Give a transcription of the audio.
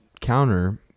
counter